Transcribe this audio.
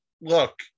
look